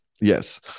yes